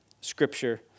Scripture